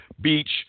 Beach